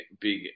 big